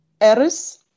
Eris